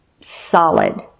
solid